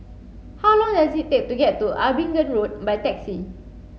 how long does it take to get to Abingdon Road by taxi